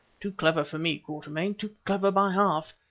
too clever for me, quatermain too clever by half!